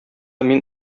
мин